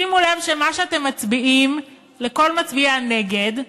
שימו לב שמה שאתם מצביעים, כל מצביעי הנגד,